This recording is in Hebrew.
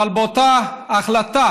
אבל באותה החלטה